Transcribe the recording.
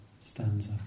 stanza